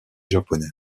japonais